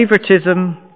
favoritism